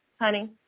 Honey